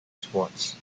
sports